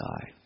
die